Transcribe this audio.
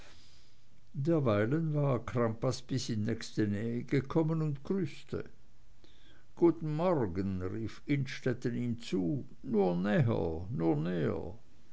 derweilen war crampas bis in nächste nähe gekommen und grüßte guten morgen rief innstetten ihm zu nur näher nur